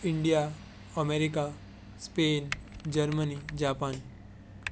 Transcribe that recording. India America Spain Germany Japan